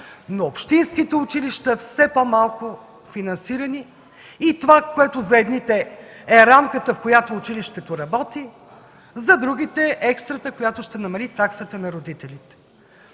но общинските училища все по-малко финансирани. И това, което за едните е рамката, в която училището работи, за другите е екстрата, която ще намали таксата на родителите.